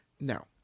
No